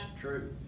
true